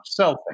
selfing